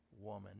woman